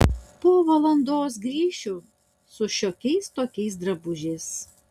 po valandos grįšiu su šiokiais tokiais drabužiais